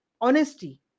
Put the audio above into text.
honesty